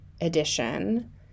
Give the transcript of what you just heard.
edition